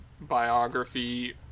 biography